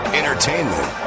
entertainment